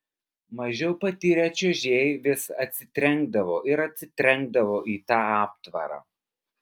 mažiau patyrę čiuožėjai vis atsitrenkdavo ir atsitrenkdavo į tą aptvarą